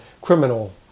criminal